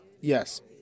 yes